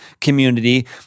community